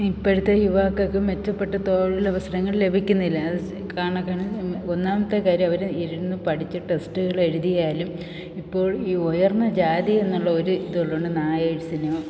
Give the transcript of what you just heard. ഇപ്പോഴത്തെ യുവാക്കക്ക് മെച്ചപ്പെട്ട തൊഴിലവസരങ്ങൾ ലഭിക്കുന്നില്ല അത് കാണെക്കാണെ എമ്മെ ഒന്നാമത്തെ കാര്യം അവർ ഇരുന്ന് പഠിച്ചു ടെസ്റ്റുകൾ എഴുതിയാലും ഇപ്പോൾ ഈ ഉയർന്ന ജാതിയെന്നു ഒരു ഇതൊള്ളോണ്ട് നായേഴ്സിനോ